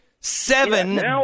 Seven